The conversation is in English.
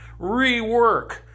rework